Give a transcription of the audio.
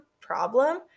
problem